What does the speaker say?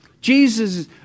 Jesus